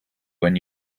when